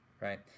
right